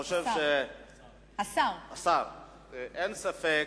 אין ספק,